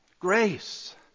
Grace